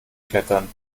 klettern